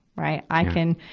right? i can,